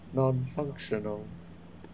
non-functional